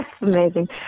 amazing